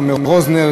תומר רוזנר,